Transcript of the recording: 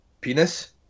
penis